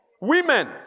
Women